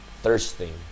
thirsting